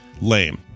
lame